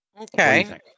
Okay